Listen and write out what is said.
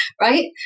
right